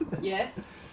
Yes